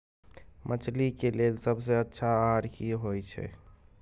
मछली के लेल सबसे अच्छा आहार की होय छै?